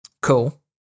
cool